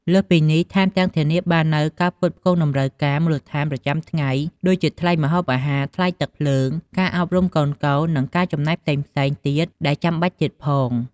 លើសពីនេះ ថែមទាំងធានាបាននូវការផ្គត់ផ្គង់តម្រូវការមូលដ្ឋានប្រចាំថ្ងៃ ដូចជាថ្លៃម្ហូបអាហារ ថ្លៃទឹកភ្លើង ការអប់រំកូនៗ និងការចំណាយផ្សេងៗទៀតដែលចាំបាច់ទៀតផង។